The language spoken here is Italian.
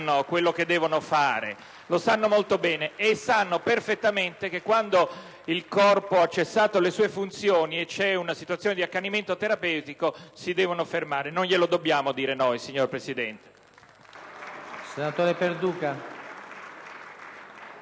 quello che devono fare, lo sanno molto bene e sanno perfettamente che quando il corpo ha cessato le sue funzioni e c'è una situazione di accanimento terapeutico si devono fermare, non dobbiamo dirglielo noi, signor Presidente.